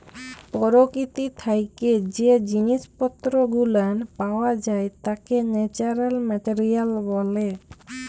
পরকীতি থাইকে জ্যে জিনিস পত্তর গুলান পাওয়া যাই ত্যাকে ন্যাচারাল মেটারিয়াল ব্যলে